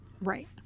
Right